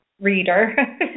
reader